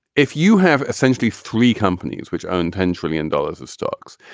if you have essentially three companies which own ten trillion dollars of stocks,